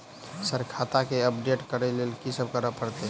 Sir खाता केँ update करऽ लेल की सब करै परतै?